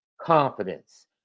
confidence